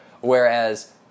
Whereas